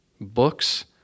books